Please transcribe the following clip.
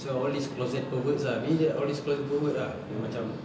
so all these closet perverts ah be that all these closet perverts ah dia macam